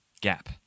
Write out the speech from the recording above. gap